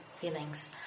feelings